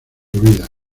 vida